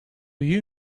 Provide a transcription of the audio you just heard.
you